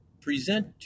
present